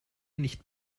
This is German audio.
nicht